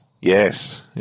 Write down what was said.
Yes